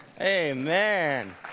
Amen